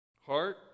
Heart